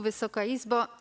Wysoka Izbo!